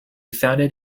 founded